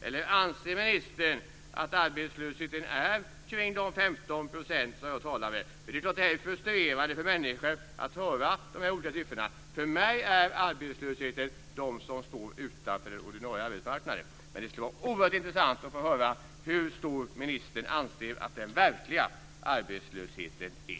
eller anser ministern att den ligger kring 15 %, som jag talade om. Det är klart att det är frustrerande för människor att höra dessa olika siffror. För mig omfattar arbetslösheten de som står utanför den ordinarie arbetsmarknaden. Men det skulle vara oerhört intressant att höra hur stor ministern anser att den verkliga arbetslösheten är.